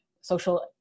social